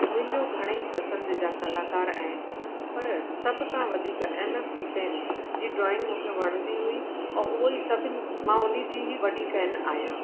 मुंहिंजो घणे ई पसंदि जा कलाकार आहिनि पर सभ खां वधीक एम एफ हुसैन जी ड्रॉइंग मूंखे वणंदी हुई और उहो ई सभिनि मां उन जी ई वॾी फैन आहियां